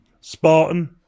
Spartan